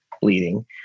bleeding